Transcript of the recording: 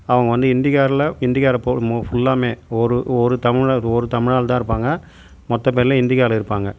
அவங்க வந்து ஹிந்திகார்ல ஹிந்திகார போ ஃபுல்லாமே ஒரு ஒரு தமிழர் ஒரு தமிழ் ஆள் தான் இருப்பாங்க மற்றபேர்லாம் இந்தி ஆள் இருப்பாங்க